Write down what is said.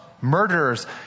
murderers